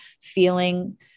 feeling